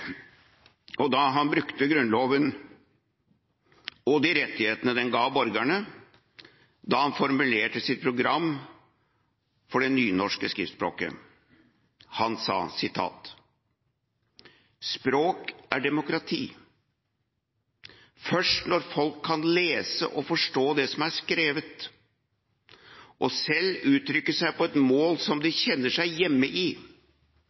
år da han brukte Grunnloven og de rettighetene den ga borgerne, da han formulerte sitt program for det nynorske skriftspråket. Han sa: Språk er demokrati. Først når folk kan lese og forstå det som er skrevet, og selv uttrykke seg på et mål som de kjenner seg hjemme i,